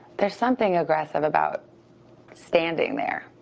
there's something aggressive about standing there,